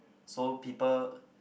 so people